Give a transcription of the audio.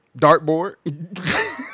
Dartboard